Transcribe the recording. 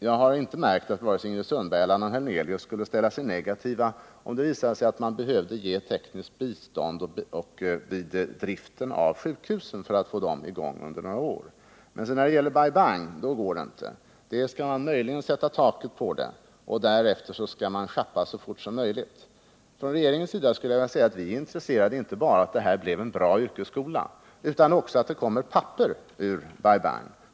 Jag har inte märkt att vare sig Ingrid Sundberg eller Allan Hernelius skulle ställa sig negativa om det visade sig att det behövdes tekniskt bistånd för drift av sjukhus under några år för att få dem i gång. Men när det gäller Bai Bang — då går det inte. Där skall man möjligen sätta på taket, men därefter skall man sjappa så fort som möjligt. Från regeringens sida skulle jag vilja säga: Vi är intresserade inte bara av att det här projektet blir en bra yrkesskola utan också av att det kommer papper ur Bai Bang.